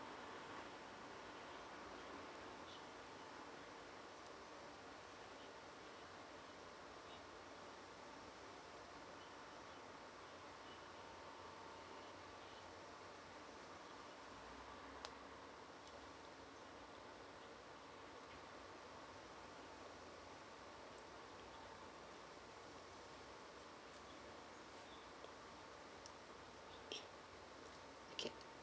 okay